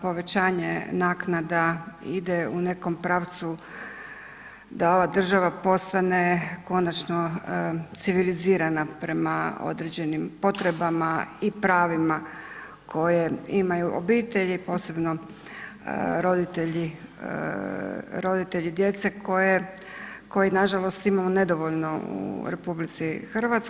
Povećanje naknada ide u nekom pravcu da ova država postane konačno civilizirana prema određenim potrebama i pravima koje imaju obitelji, posebno roditelji djece koji nažalost imamo nedovoljno u RH.